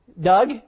Doug